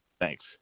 Thanks